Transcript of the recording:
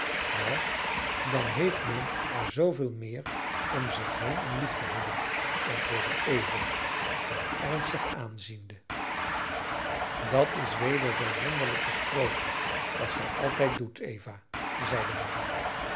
wel dan heeft men er zooveel meer om zich heen om lief te hebben antwoordde eva hem ernstig aanziende dat is weder zoo wonderlijk gesproken als gij altijd doet eva zeide marie